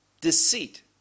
deceit